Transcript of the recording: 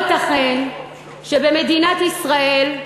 לא ייתכן שבמדינת ישראל,